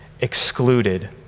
excluded